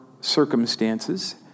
circumstances